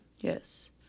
Yes